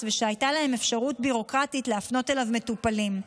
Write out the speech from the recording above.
ושהייתה להם אפשרות ביורוקרטית להפנות אליו מטופלים.